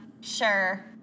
Sure